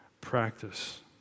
practice